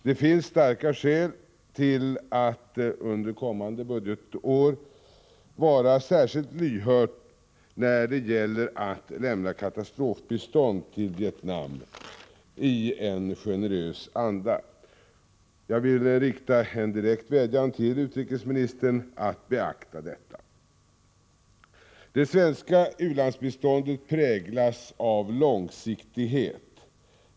Det finns starka skäl för att under kommande budgetår vara särskilt lyhörd när det gäller att lämna katastrofbistånd till Vietnam i en generös anda. Jag vill rikta en direkt vädjan till utrikesministern att beakta detta. Det svenska u-landsbiståndet präglas av långsiktighet.